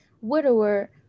Widower